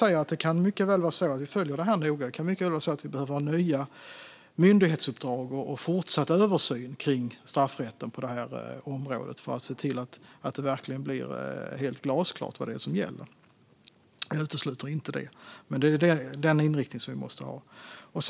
Men vi följer det här noga, och det kan mycket väl vara så att vi behöver nya myndighetsuppdrag och fortsatt översyn av straffrätten på området för att se till att det verkligen blir helt glasklart vad som gäller. Jag utesluter inte det. Men det är den här inriktningen vi måste ha.